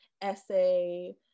essay